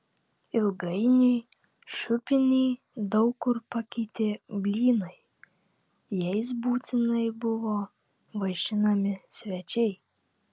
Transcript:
ilgainiui šiupinį daug kur pakeitė blynai jais būtinai buvo vaišinami svečiai